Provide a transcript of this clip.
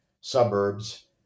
suburbs